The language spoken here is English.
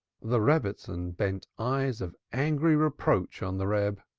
the rebbitzin bent eyes of angry reproach on the reb.